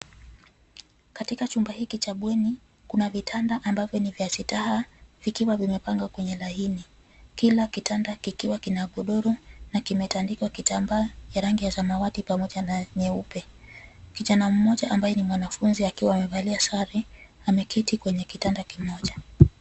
Katika chumba hiki cha bweni, kuna vitanda ambavyo ni vya sitaha vikiwa vimepangwa kwenye laini. Kila kitanda kikiwa kina godoro na kimetandikwa kitambaa ya rangi ya samawati pamoja na nyeupe. Kijana mmoja ambaye ni mwanafunzi akiwa amevalia sare ameketi kwenye kitanda kimoja.